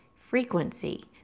frequency